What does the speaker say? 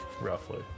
roughly